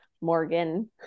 Morgan